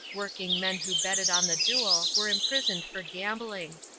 working men who betted on the duel were imprisoned for gambling.